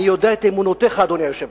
אני יודע את אמונותיך, אדוני היושב-ראש,